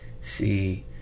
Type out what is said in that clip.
see